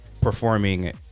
performing